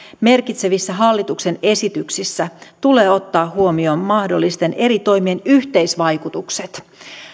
merkitsevissä hallituksen esityksissä tulee ottaa huomioon mahdollisten eri toimien yhteisvaikutukset